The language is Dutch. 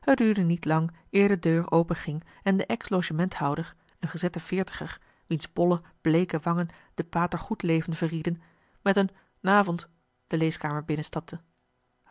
het duurde niet lang eer de deur open ging en de ex logementhouder een gezette veertiger wiens bolle bleeke wangen den pater goedleven verrieden met een n avond de leeskamer binnenstapte